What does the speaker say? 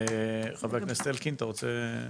חבר הכנסת זאב אלקין, אתה רוצה?